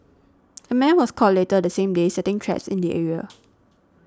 a man was caught later the same day setting traps in the area